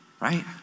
right